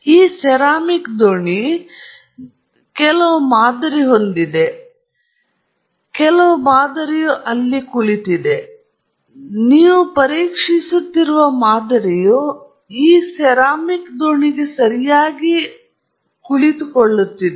ಈ ಸೆರಾಮಿಕ್ ದೋಣಿ ನೀವು ಕೆಲವು ಮಾದರಿ ಹೊಂದಿವೆ ಕೆಲವು ಮಾದರಿಯು ಇಲ್ಲಿ ಕುಳಿತಿದೆ ನೀವು ಪರೀಕ್ಷಿಸುತ್ತಿರುವ ಮಾದರಿಯು ಈ ಸಿರಾಮಿಕ್ ದೋಣಿಗೆ ಸರಿಯಾಗಿ ಕುಳಿತುಕೊಳ್ಳುತ್ತಿದೆ